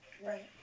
right